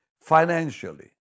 financially